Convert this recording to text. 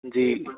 जी